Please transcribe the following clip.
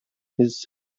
his